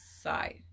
side